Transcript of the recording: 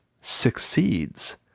succeeds